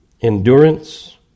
endurance